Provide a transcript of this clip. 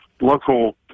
local